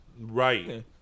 right